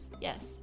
yes